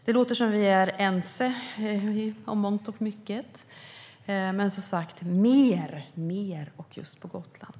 Det låter som att vi är ense i mångt och mycket, men som sagt: Mer, mer - och just på Gotland!